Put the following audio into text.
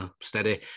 steady